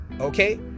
Okay